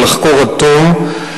ולחקור עד תום.